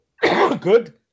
good